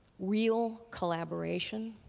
real collaboration.